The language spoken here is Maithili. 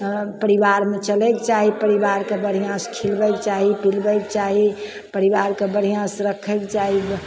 परिबारमे चलैके चाही परिबारके बढ़िआँ से खिलबैके चाही पिलबैके चाही परिबारके बढ़िआँ से रखैके चाही